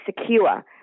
secure